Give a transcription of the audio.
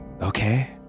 okay